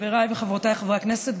חבריי וחברותיי חברי הכנסת,